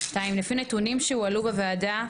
2. לפי נתונים שהועלו בוועדה,